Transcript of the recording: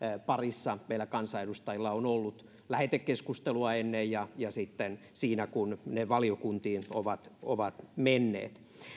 parissa meillä kansanedustajilla on ollut aikaa lähetekeskustelua ennen ja ja sitten siinä kun ne valiokuntiin ovat ovat menneet